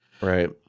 Right